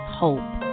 hope